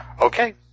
Okay